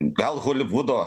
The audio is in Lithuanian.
gal holivudo